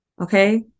Okay